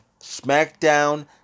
SmackDown